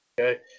Okay